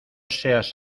seas